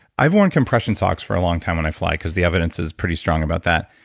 i've worn compression socks for a long time when i fly because the evidence is pretty strong about that.